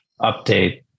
update